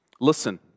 Listen